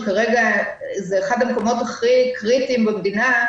שכרגע זה אחד המקומות הכי קריטיים במדינה,